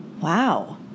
Wow